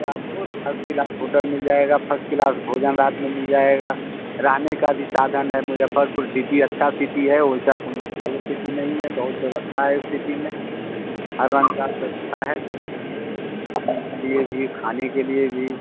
आपको first class hotel मिल जाएगा फर्स्ट किलास भोजन रात में मिल जाएगा रहने का भी साधन है मुज़फ़्फ़रपुर सिटी अच्छी सिटी है वैसा कोनो ग़लत सिटी नहीं है बहुत व्यवस्था है उस सिटी में साधन की व्यवस्था है रहने के लिए भी खाने के लिए भी